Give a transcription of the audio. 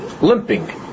limping